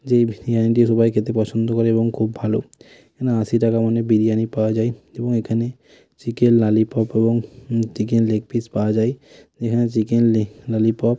যেই বিরিয়ানিটি সবাই খেতে পছন্দ করে এবং খুব ভালো এখানে আশি টাকা মানে বিরিয়ানি পাওয়া যায় এবং এখানে চিকেন লালিপপ এবং চিকেন লেগ পিস পাওয়া যায় এখানে চিকেন লালিপপ